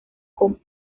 con